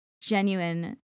genuine